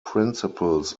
principles